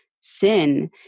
sin